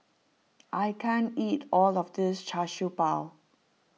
I can't eat all of this Char Siew Bao